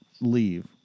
leave